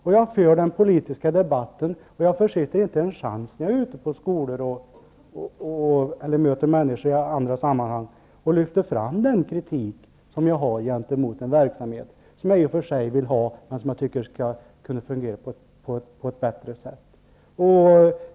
Men jag för en politisk debatt, samtidigt som jag inte försitter en chans, när jag är ute på skolor eller möter människor i andra sammanhang, att föra fram den kritik som jag har gentemot en verksamhet, som jag i och för sig vill ha kvar, men som jag tycker borde fungera på ett bättre sätt.